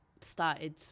started